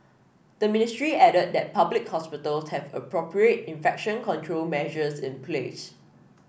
the ministry added that public hospitals have appropriate infection control measures in place